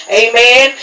amen